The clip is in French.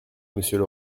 monsieur